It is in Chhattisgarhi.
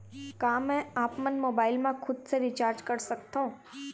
का मैं आपमन मोबाइल मा खुद से रिचार्ज कर सकथों?